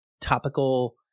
topical